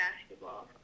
basketball